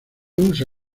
usa